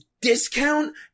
discount